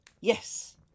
yes